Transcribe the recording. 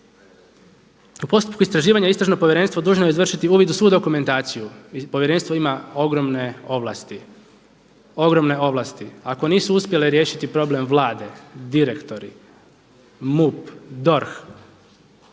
u postupku istraživanja istražno povjerenstvo dužno je izvršiti uvid u svu dokumentaciju. Povjerenstvo ima ogromne ovlasti. Ako nisu uspjele riješiti problem Vlade, direktori, MUP, DORH